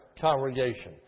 congregation